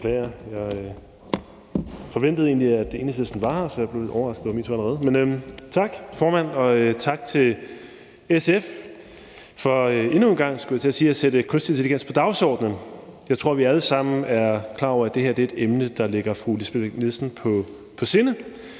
tak, formand, og tak til SF for endnu en gang, skulle jeg til at sige, at sætte kunstig intelligens på dagsordenen. Jeg tror, vi alle sammen er klar over, at det her er et emne, der ligger fru Lisbeth Bech-Nielsen på sinde,